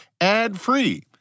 ad-free